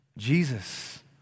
Jesus